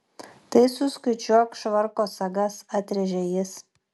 tai suskaičiuok švarko sagas atrėžė jis